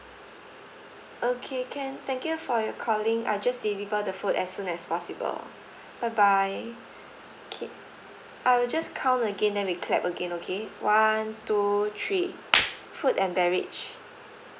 okay can thank you for your calling I'll just deliver the food as soon as possible bye bye okay I will just count again then we clap again okay one two three food and beverage